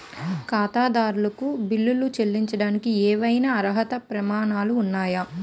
ఖాతాదారులకు బిల్లులు చెల్లించడానికి ఏవైనా అర్హత ప్రమాణాలు ఉన్నాయా?